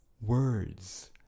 words